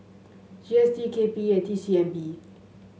G S T K P E and T C M P